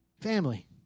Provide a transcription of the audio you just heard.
family